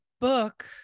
book